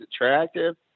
attractive